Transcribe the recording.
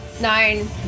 Nine